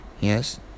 Yes